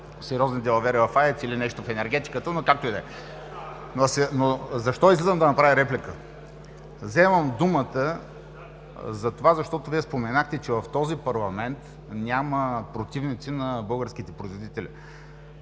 сериозни далавери в АЕЦ или нещо в енергетиката. (Оживление.) Както и да е. Защо излизам да направя реплика? Вземам думата, защото Вие споменахте, че в този парламент няма противници на българските производители.